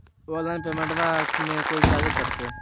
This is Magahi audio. ऑनलाइन पेमेंटबां मे कोइ चार्ज कटते?